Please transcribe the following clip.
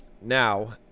now